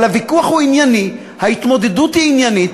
אבל הוויכוח הוא ענייני, ההתמודדות היא עניינית.